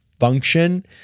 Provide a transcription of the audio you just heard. function